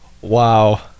Wow